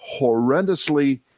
horrendously